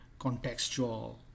contextual